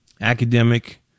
academic